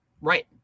Right